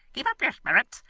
keep up your spirits,